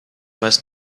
must